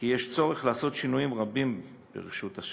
שיש צורך לעשות שינויים רבים ברשות השידור.